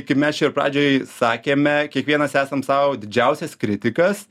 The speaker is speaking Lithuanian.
kaip mes čia ir pradžioj sakėme kiekvienas esam sau didžiausias kritikas